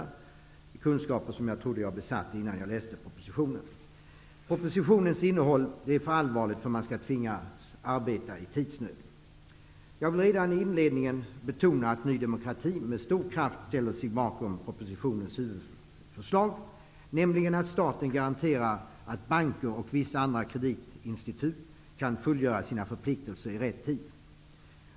Det är kunskaper som jag trodde att jag besatt innan jag läste propositionen. Propositionens innehåll är för allvarligt för att man skall tvingas arbeta i tidsnöd. Jag vill redan i inledningen betona att Ny demokrati med stor kraft ställer sig bakom propositionens huvudförslag, nämligen att staten garanterar att banker och vissa andra kreditinstitut kan fullgöra sina förpliktelser i rätt tid.